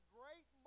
great